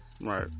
Right